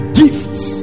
gifts